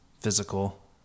physical